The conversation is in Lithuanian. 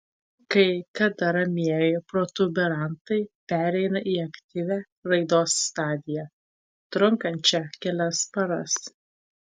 kai kada ramieji protuberantai pereina į aktyvią raidos stadiją trunkančią kelias paras